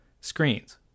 screens